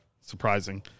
surprising